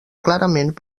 clarament